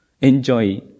enjoy